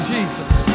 Jesus